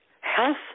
health